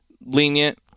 lenient